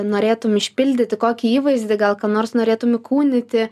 norėtum išpildyti kokį įvaizdį gal ką nors norėtum įkūnyti